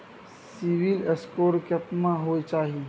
CIBIL score केतना होय चाही?